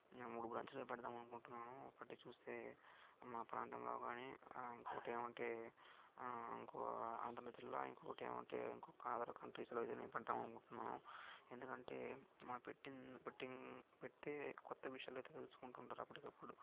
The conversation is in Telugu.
నేను మూడు బ్రాంచులుగా పెడదామని అకుంటున్నాను ఒకటి చూస్తే మా ప్రాంతంలో కానీ ఇంకోటేమంటే ఇంకో అనంతపుర్ జిల్లా ఇంకోటమంటే ఇంకో అధర్ కంట్రీస్లో ఏదన్నా పెడదామని అకుంటున్నాం ఎందుకంటే మా పెట్టింది పెడితే కొత్త విషయాలు తెలుసుకుంటూ ఉంటారు అప్పటికప్పుడు